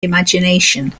imagination